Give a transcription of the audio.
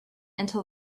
until